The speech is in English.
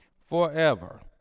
forever